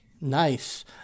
Nice